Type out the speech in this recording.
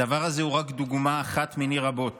הדבר הזה הוא דוגמה אחת מני רבות